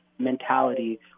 Mentality